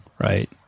right